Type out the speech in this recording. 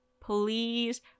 please